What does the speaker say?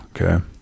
okay